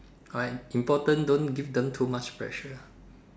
alright important don't give them too much pressure